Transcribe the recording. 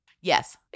Yes